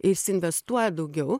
įsiinvestuoja daugiau